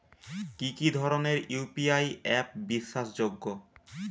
কি কি ধরনের ইউ.পি.আই অ্যাপ বিশ্বাসযোগ্য?